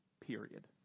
period